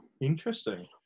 Interesting